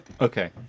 okay